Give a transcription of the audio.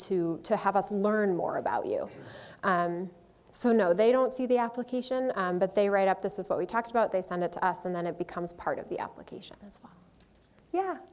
to to have us learn more about you so no they don't see the application but they write up this is what we talked about they send it to us and then it becomes part of the application